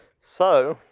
so,